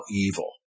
evil